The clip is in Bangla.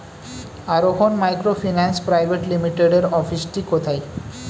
আরোহন মাইক্রোফিন্যান্স প্রাইভেট লিমিটেডের অফিসটি কোথায়?